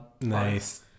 Nice